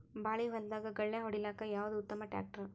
ಬಾಳಿ ಹೊಲದಾಗ ಗಳ್ಯಾ ಹೊಡಿಲಾಕ್ಕ ಯಾವದ ಉತ್ತಮ ಟ್ಯಾಕ್ಟರ್?